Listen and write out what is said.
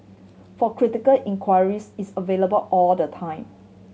for critical inquiries it's available all the time